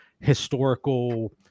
historical